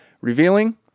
revealing